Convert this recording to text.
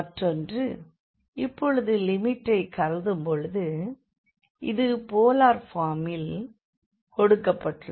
மற்றொன்று இப்பொழுது லிமிட்டை கருதும்போது அது போலார் ஃபார்ம்மில் கொடுக்கப்பட்டுள்ளது